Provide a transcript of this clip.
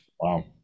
wow